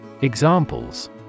Examples